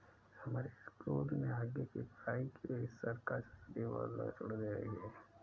हमारे स्कूल में आगे की पढ़ाई के लिए सरकार सब्सिडी वाला ऋण दे रही है